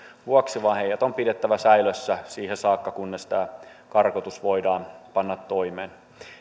vuoksi vaan heidät on pidettävä säilössä siihen saakka kunnes tämä karkotus voidaan panna toimeen